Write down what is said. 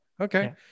okay